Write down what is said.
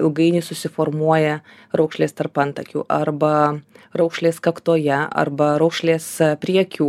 ilgainiui susiformuoja raukšlės tarp antakių arba raukšlės kaktoje arba raukšlės prie akių